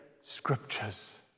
Scriptures